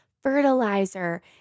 fertilizer